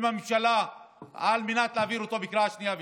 הממשלה על מנת להעביר אותו בקריאה שנייה ושלישית.